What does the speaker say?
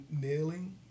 nailing